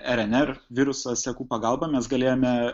rnr viruso sekų pagalba mes galėjome